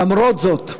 למרות זאת,